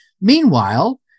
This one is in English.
Meanwhile